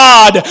God